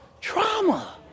trauma